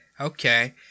Okay